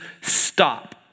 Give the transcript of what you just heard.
stop